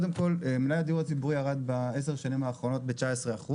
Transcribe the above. מלאי הדיור הציבורי ירד בעשר השנים האחרונות ב-19%,